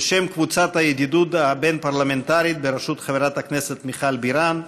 בשם קבוצת הידידות הבין-פרלמנטרית בראשות חברת הכנסת מיכל בירן,